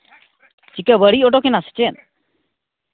ᱪᱤᱠᱟᱹ ᱵᱟᱹᱲᱤᱡ ᱩᱰᱩᱠᱮᱱᱟ ᱥᱮ ᱪᱮᱫ